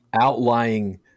outlying